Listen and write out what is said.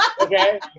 Okay